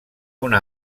una